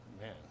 man